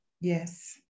Yes